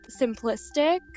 simplistic